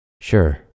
Sure